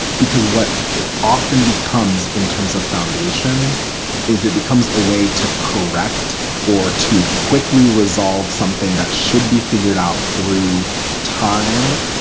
because what it often becomes in terms of foundation is it becomes a way to correct or to quickly resolve something that should be figured out through time,